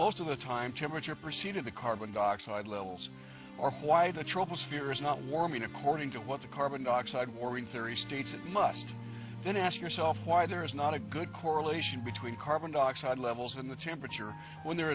most of the time temperature proceeded the carbon dioxide levels are why the troposphere is not warming according to what the carbon dioxide warming theory states that we must then ask yourself why there is not a good correlation between carbon dioxide levels in the temperature when there